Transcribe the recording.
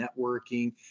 networking